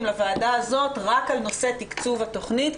לוועדה הזאת רק על נושא תקצוב התכנית,